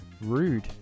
Rude